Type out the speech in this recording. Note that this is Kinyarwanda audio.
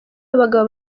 abagabo